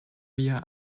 via